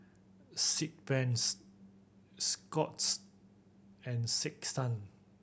Sigvaris Scott's and Sick Sun